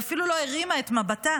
היא אפילו לא הרימה את מבטה